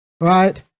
right